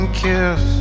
kiss